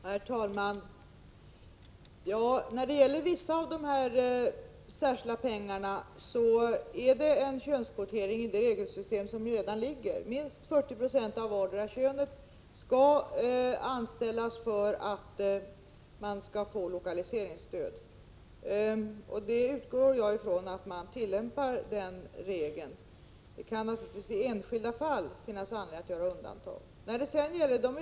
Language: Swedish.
Herr talman! När det gäller vissa av de särskilda regionalpolitiska medlen finns en könskvotering i det regelsystem som redan gäller. Minst 40 96 av vardera könet skall anställas för att det skall utgå lokaliseringsstöd. Jag utgår från att den regeln tillämpas. Det kan naturligtvis finnas anledning att göra undantag i enskilda fall.